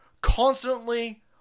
constantly